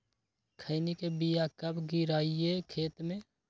खैनी के बिया कब गिराइये खेत मे?